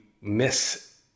miss